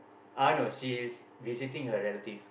uh no she is visiting a relative